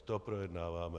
To projednáváme.